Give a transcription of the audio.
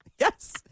Yes